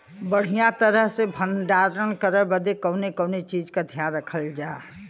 बढ़ियां तरह से भण्डारण करे बदे कवने कवने चीज़ को ध्यान रखल जा?